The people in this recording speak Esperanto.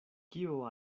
kio